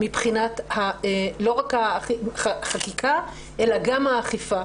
לא רק מבחינת החקיקה אלא גם האכיפה,